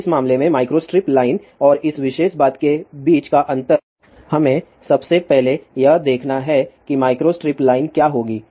तो इस मामले में माइक्रोस्ट्रिप लाइन और इस विशेष बात के बीच का अंतर हमें सबसे पहले यह देखना है कि माइक्रोस्ट्रिप लाइन क्या होगी